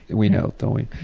we know, don't